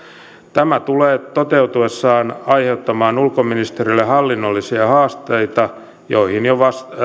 tämä tulee toteutuessaan aiheuttamaan ulkoministeriölle hallinnollisia haasteita joihin jo